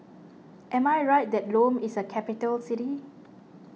am I right that Lome is a capital city